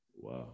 Wow